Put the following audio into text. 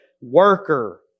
worker